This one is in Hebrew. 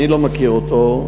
אני לא מכיר אותו.